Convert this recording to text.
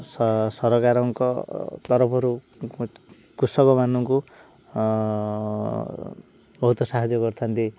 ସରକାରଙ୍କ ତରଫରୁ କୃଷକ ମାନଙ୍କୁ ବହୁତ ସାହାଯ୍ୟ କରିଥାନ୍ତି